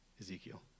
Ezekiel